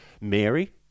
Mary